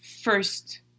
first